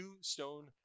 stone